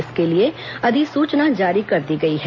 इसके लिए अधिसूचना जारी कर दी गई है